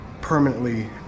permanently